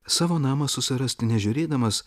savo namą susirasti nežiūrėdamas